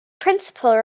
principal